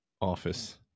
office